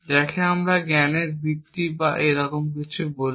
যাকে আমরা জ্ঞানের ভিত্তি বা এরকম কিছু বলি